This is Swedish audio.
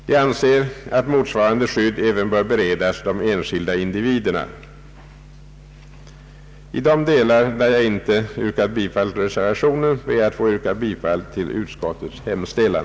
Jag anser att motsvarande skydd även bör beredas de enskilda individerna. I de delar, herr talman, där jag inte yrkar bifall till reservationen, ber jag att få yrka bifall till utskottets hemställan.